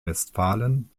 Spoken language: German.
westfalen